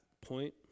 point